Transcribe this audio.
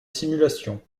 simulations